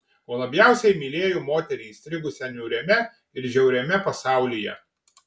o labiausiai mylėjo moterį įstrigusią niūriame ir žiauriame pasaulyje